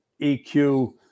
EQ